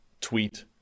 tweet